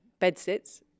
bedsits